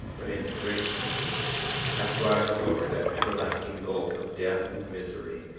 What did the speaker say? but in his great mercy hath brought us over that everlasting gulf of death and misery,